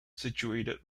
situated